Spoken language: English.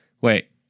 wait